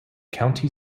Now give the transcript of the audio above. county